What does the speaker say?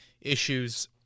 issues